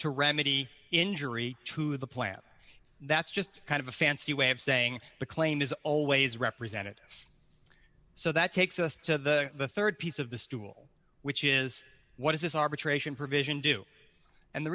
to remedy injury to the plant that's just kind of a fancy way of saying the claim is always representative so that takes us to the rd piece of the stool which is what does this arbitration provision do and the